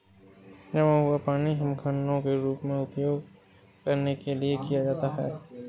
जमा हुआ पानी हिमखंडों के रूप में उपयोग करने के लिए किया जाता है